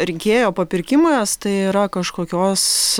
rinkėjo papirkimas tai yra kažkokios